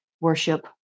worship